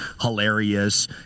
hilarious